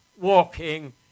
walking